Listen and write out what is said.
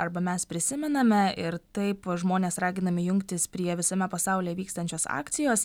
arba mes prisimename ir taip žmonės raginami jungtis prie visame pasaulyje vykstančios akcijos